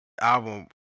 album